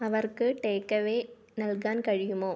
അവർക്ക് ടേക്ക്എവേ നൽകാൻ കഴിയുമോ